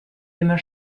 immer